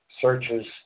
searches